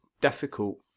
difficult